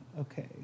Okay